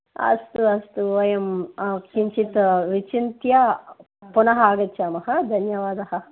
अस्तु अस्तु वयं किञ्चित् विचिन्त्य पुनः आगच्छामः धन्यवादः